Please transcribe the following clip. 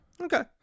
Okay